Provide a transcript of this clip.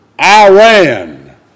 Iran